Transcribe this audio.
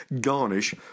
garnish